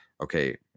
okay